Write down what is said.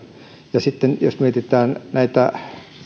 ja sitten jos mietitään